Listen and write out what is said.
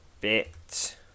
bit